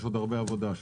יש עוד הרבה עבודה שם.